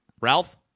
Ralph